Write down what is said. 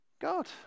God